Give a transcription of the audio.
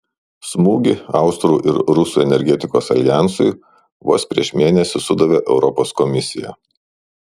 smūgį austrų ir rusų energetikos aljansui vos prieš mėnesį sudavė europos komisija